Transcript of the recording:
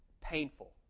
Painful